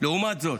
לעומת זאת,